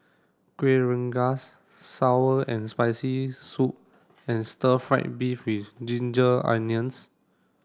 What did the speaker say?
Kueh Rengas sour and spicy soup and stir fried beef with ginger onions